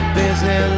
busy